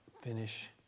finish